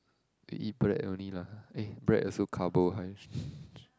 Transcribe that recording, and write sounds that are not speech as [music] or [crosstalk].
to eat bread only lah eh bread also carbo high [breath]